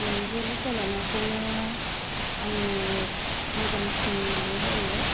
मैहुर सल'माखौनो आङो मोजांसिन मोन्नाय जायो